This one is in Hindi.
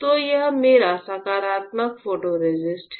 तो यह मेरा सकारात्मक फोटोरेसिस्ट है